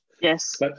yes